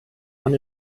von